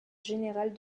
générale